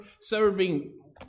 serving